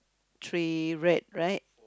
three red right